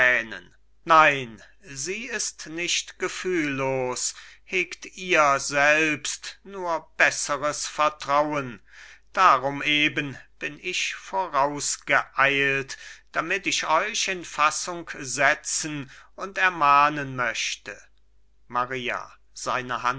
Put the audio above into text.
nein sie ist nicht gefühllos hegt ihr selbst nur besseres vertrauen darum eben bin ich vorausgeeilt damit ich euch in fassung setzen und ermahnen möchte maria seine